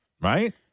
right